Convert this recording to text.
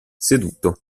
seduto